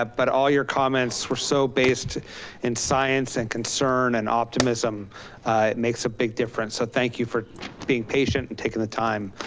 ah but all your comments were so based in science and concern and optimism, it makes a big difference. so thank you for being patient and taking the time.